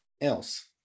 else